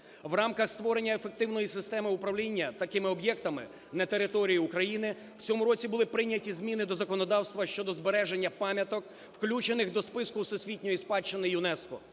В рамках створення ефективної системи управління такими об'єктами на території України в цьому році були прийняті зміни до законодавства щодо збереження пам'яток, включених до списку всесвітньої спадщини ЮНЕСКО.